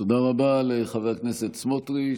תודה רבה לחבר הכנסת סמוטריץ,